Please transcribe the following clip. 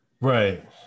Right